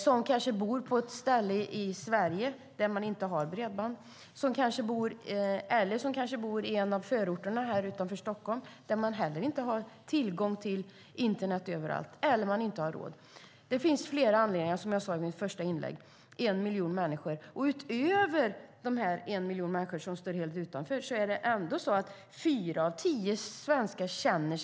Man kanske bor på ett ställe i Sverige där man inte har bredband, kanske i en av förorterna här utanför Stockholm där man heller inte har tillgång till internet överallt, eller så har man inte råd. Det finns flera anledningar till detta, som jag sade i mitt första inlägg, och det handlar om en miljon människor. Utöver den här miljonen människor som står helt utanför känner sig också fyra av tio svenskar osäkra.